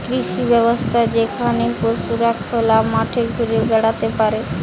কৃষি ব্যবস্থা যেখানে পশুরা খোলা মাঠে ঘুরে বেড়াতে পারে